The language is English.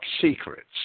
secrets